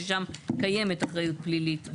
ששם קיימת אחריות פלילית?